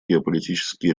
геополитические